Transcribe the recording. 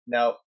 Now